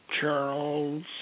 Charles